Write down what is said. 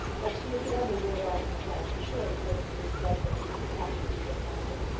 but she is the only war-bride in the glen and surely nobody need grudge her the satisfaction she gets out of it.